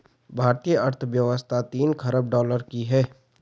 भारतीय अर्थव्यवस्था तीन ख़रब डॉलर की है